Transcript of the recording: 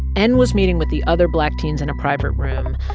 n was meeting with the other black teens in a private room.